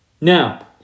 Now